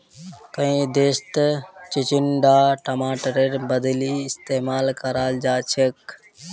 कई देशत चिचिण्डा टमाटरेर बदली इस्तेमाल कराल जाछेक